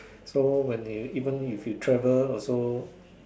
so when you even if you travel also